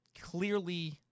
clearly